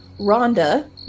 Rhonda